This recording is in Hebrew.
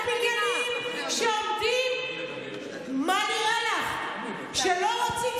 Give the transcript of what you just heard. שהיו שם חיילי גולני שנותק איתם קשר, שאולי יש